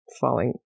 falling